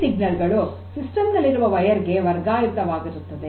ಈ ಸಂಕೇತಗಳು ಸಿಸ್ಟಮ್ ನಲ್ಲಿರುವ ತಂತಿಗಳಿಗೆ ವರ್ಗಾಯಿತವಾಗುತ್ತವೆ